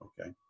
Okay